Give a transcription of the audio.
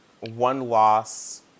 one-loss